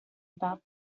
about